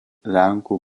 lenkų